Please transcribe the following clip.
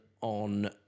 on